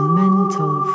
mental